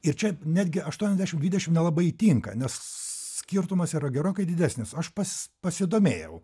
ir čia netgi aštuoniasdešim dvidešim nelabai tinka nes skirtumas yra gerokai didesnis aš pas pasidomėjau